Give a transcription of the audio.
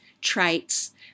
traits